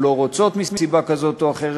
או לא רוצות מסיבה כזאת או אחרת,